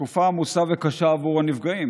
בתקופה עמוסה וקשה עבור הנפגעים,